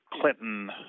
Clinton